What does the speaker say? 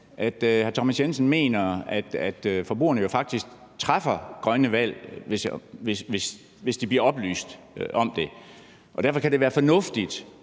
hr. Thomas Jensen mener, at forbrugerne jo faktisk træffer grønne valg, hvis de bliver oplyst om det her. Og derfor kan det være fornuftigt